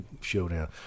showdown